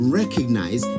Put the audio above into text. recognize